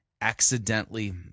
accidentally